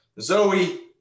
Zoe